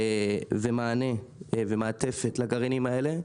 מענה ומעטפת לגרעינים האלה,